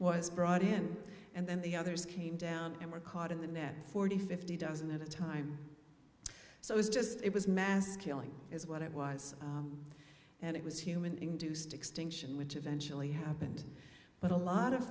was brought in and then the others came down and were caught in the net forty fifty dozen at a time so it's just it was mass killing is what it was and it was human induced extinction which eventually happened but a lot of